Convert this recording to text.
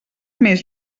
més